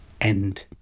End